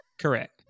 Correct